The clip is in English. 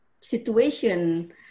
situation